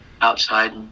outside